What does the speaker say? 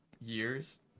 years